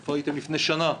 איפה הייתם לפני שנה?